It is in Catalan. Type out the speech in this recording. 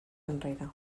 enrere